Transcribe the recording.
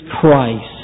Christ